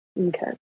Okay